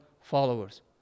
followers